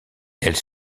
elles